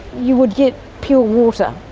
you would get pure water,